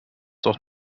noch